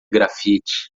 graffiti